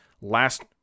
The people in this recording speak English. last